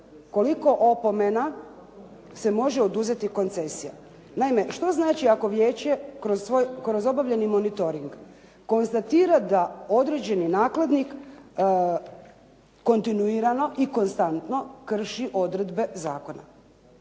koliko opomena se može oduzeti koncesija. Naime, što znači ako vijeće kroz obavljeni monitoring konstatira da određeni nakladnik kontinuirano i konstantno krši odredbe zakona?